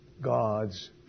God's